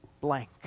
blank